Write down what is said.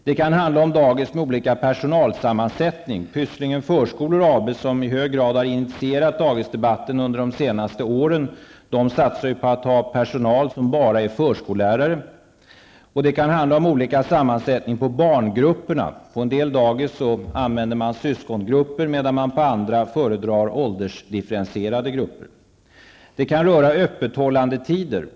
Det kan vidare handla om dagis med olika personalsammansättning. Pysslingen Förskolor AB, som under de senaste åren i hög grad har initierat dagisdebatten, satsar på att ha en personal som enbart består av förskollärare. Det kan även handla om olika sammansättningar när det gäller barngrupperna. På en del dagis föredrar man syskongrupper, medan man på andra dagis föredrar åldersdifferentierade grupper. Det kan också vara fråga om öppethållandetiderna.